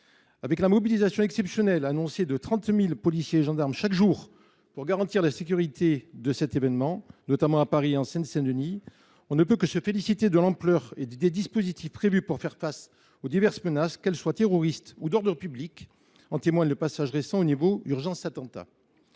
Avec la mobilisation exceptionnelle annoncée de 30 000 policiers et gendarmes chaque jour pour garantir la sécurité de cet événement, notamment à Paris et en Seine Saint Denis, on ne peut que se féliciter de l’ampleur des dispositifs prévus pour faire face aux diverses menaces, qu’elles soient terroristes ou d’ordre public. En témoigne le passage récent au niveau « urgence attentat